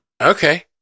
okay